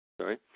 Sorry